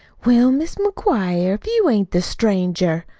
well, mis' mcguire, if you ain't the stranger!